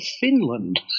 Finland